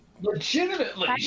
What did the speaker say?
Legitimately